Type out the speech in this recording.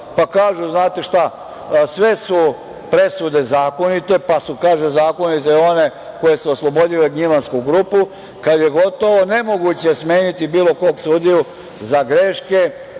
pa kaže – znate šta, sve su presude zakonite, pa su zakonite i one koje su oslobodile Gnjilansku grupu, kada je gotovo nemoguće smeniti bilo kog sudiju za greške,